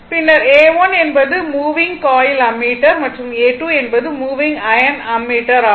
பின்னர் A 1 என்பது moving coil ammeter மற்றும் A 2 என்பது மூவிங் அயர்ன் அம்மீட்டர் ஆகும்